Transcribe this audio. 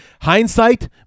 Hindsight